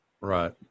Right